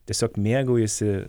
tiesiog mėgaujasi